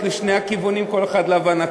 מופת יכול להיות לשני הכיוונים, כל אחד להבנתו.